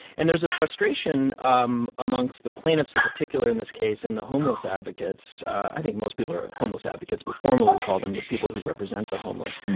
and there's a frustration um amongst the plaintiffs in particular in this case and the homeless advocates. i think most people are homeless advocates, but formerly we call them the people who represent the homeless.